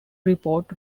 report